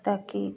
ताकि